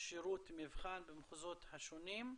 שירות מבחן במחוזות השונים.